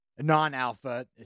non-alpha